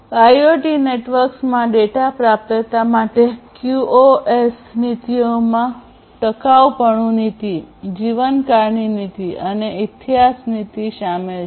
IoT નેટવર્ક્સમાં data પ્રાપ્યતા માટે ક્યુઓએસ નીતિઓમાં ટકાઉપણું નીતિ જીવનકાળની નીતિ અને ઇતિહાસ નીતિ શામેલ છે